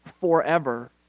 forever